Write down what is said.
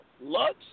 lux